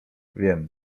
wiem